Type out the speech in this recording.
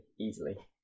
Easily